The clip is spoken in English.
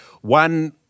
One